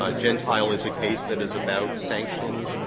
ah gentile is a case that is about sanctions.